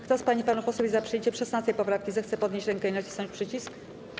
Kto z pań i panów posłów jest za przyjęciem 16. poprawki, zechce podnieść rękę i nacisnąć przycisk.